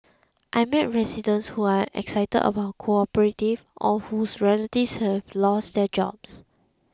I've met residents who are excited about cooperative or whose relatives have lost their jobs